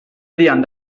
erdian